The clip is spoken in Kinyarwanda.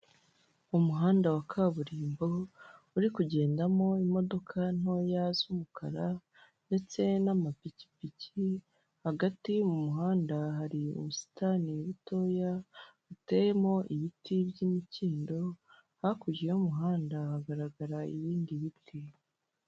Umuhanda wa kaburimbo uri kugendamo imodoka ntoya z'umukara ndetse n'amapikipiki, hagati mu muhanda hari ubusitani butoya, buteyemo ibiti by'imikindo, hakurya y'umuhanda hagaragara ibindi biti.